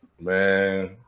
man